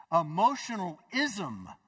Emotional-ism